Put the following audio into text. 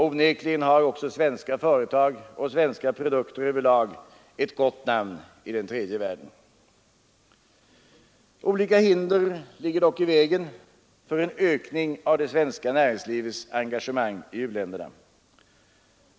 Onekligen har också svenska företag och svenska produkter över lag ett gott namn i den tredje världen. Olika hinder ligger dock i vägen för en ökning av det svenska näringslivets engagemang i u-länderna.